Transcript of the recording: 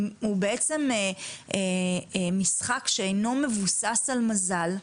ושבעצם הוא משחק שאיננו מבוסס על מזל.